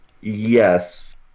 Yes